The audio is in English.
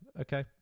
okay